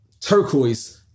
turquoise